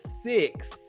six